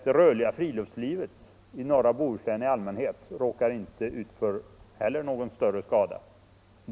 Det rörliga friluftslivet i norra Bohuslän i allmänhet råkar inte heller ut för någon större skada.